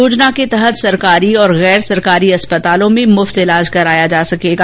योजना के तहत सरकारी और गैर सरकारी अस्पतालों में मुफ्त ईलाज कराया जा सकेगा